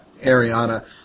Ariana